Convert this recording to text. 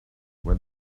when